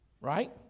Right